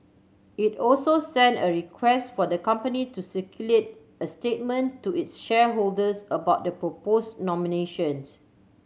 it also sent a request for the company to circulate a statement to its shareholders about the proposed nominations